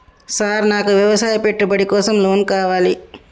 Sir నాకు వ్యవసాయ పెట్టుబడి కోసం లోన్ కావాలి?